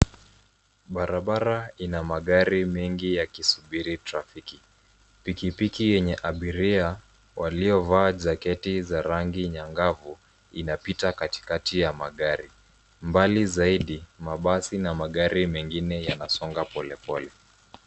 Barabara ina magari mengi yakisubiri trafiki. Pikipiki yenye abiria waliovaa jaketi za rangi nyang'avu inapita katikati ya magari. Mbali zaidi mabasi na magari mengine yanasonga polepole.